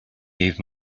gave